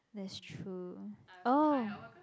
that's true oh